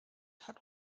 hat